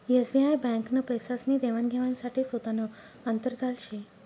SBI ब्यांकनं पैसासनी देवान घेवाण साठे सोतानं आंतरजाल शे